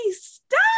stop